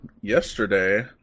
yesterday